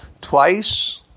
twice